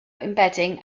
embedding